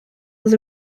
was